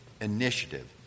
initiative